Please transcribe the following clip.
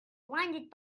blinded